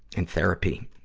and therapy,